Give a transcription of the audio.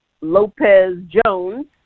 Lopez-Jones